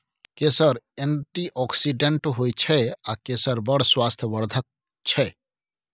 केसर एंटीआक्सिडेंट होइ छै आ केसर बड़ स्वास्थ्य बर्धक छै